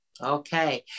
okay